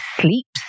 sleeps